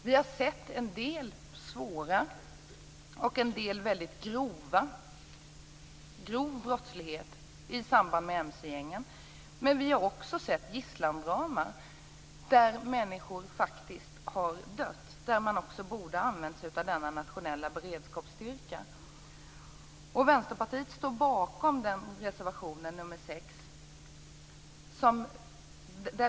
Vi har sett en del svår och väldigt grov brottslighet i samband med mc-gängen, men vi har också sett gisslandraman där människor faktiskt har dött. Man borde ha använt sig av denna nationella beredskapsstyrka. Vänsterpartiet står bakom reservation nr 6.